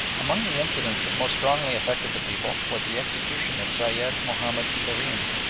among the incidents that most strongly affected the people was the execution of sayed mahomed kerim,